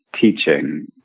teaching